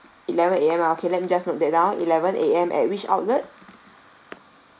eleven A_M ah okay let me just note that down eleven A_M at which outlet